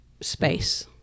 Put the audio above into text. space